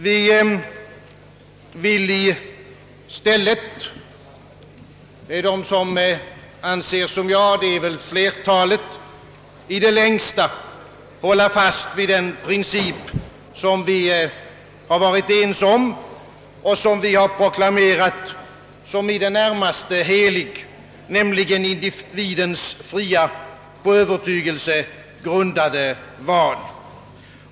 De som anser som jag vill i stället — och det är väl flertalet — i det längsta hålla fast vid den princip som vi har varit ense om och som vi har proklamerat som i det närmaste helig, nämligen individens fria på övertygelse grundade val. '